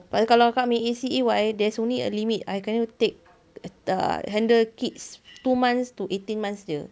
pasal kalau kakak ambil S_C_E [one] there's only a limit I can only take err handle kids two months to eighteen months jer